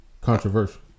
controversial